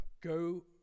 go